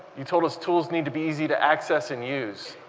you told us tools need to be easy to access and use,